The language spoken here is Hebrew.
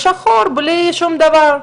בלי שום דבר.